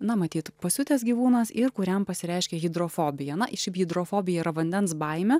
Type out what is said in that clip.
na matyt pasiutęs gyvūnas ir kuriam pasireiškė hidrofobija na šiaip hidrofobija yra vandens baimė